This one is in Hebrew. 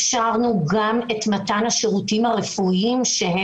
אפשרנו גם את מתן השירותים הרפואיים על